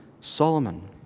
Solomon